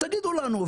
תגידו לנו?